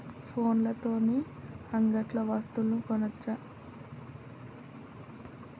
ఫోన్ల తోని అంగట్లో వస్తువులు కొనచ్చా?